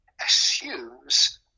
assumes